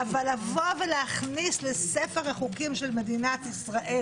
אבל להכניס לספר החוקים של מדינת ישראל